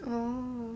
oh